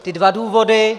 Ty dva důvody...